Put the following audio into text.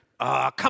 come